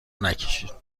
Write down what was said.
نکشید